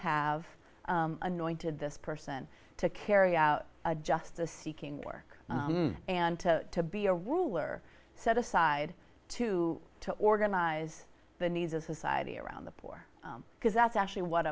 have anointed this person to carry out just the seeking work and to be a ruler set aside to to organize the needs of society around the poor because that's actually what